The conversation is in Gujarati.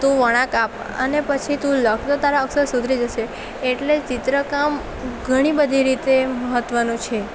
તું વળાંક આપ અને પછી તું લખ તો તારાં અક્ષર સુધરી જશે એટલે ચિત્ર કામ ઘણી બધી રીતે મહત્ત્વનું છે